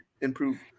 improve